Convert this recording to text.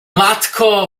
matko